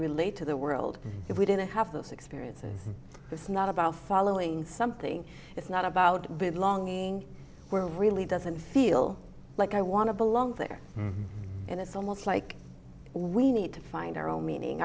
relate to the world if we didn't have those experiences it's not about following something it's not about belonging we're really doesn't feel like i want to belong there and it's almost like we need to find our own meaning